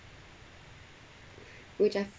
which I fe~